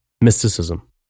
mysticism